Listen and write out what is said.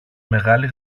μεγάλη